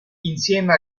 insieme